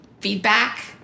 feedback